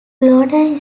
lowder